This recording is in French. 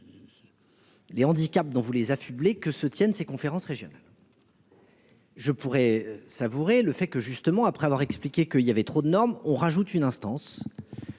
Les handicaps dont vous les affubler que se tienne ses conférences régionales. Je pourrai savourer le fait que justement après avoir expliqué que il y avait trop de normes on rajoute une instance.